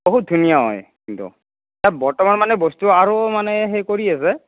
বহুত ধুনীয়া হয় কিন্তু বৰ্তমান মানে বস্তু আৰু মানে সেই কৰি আছে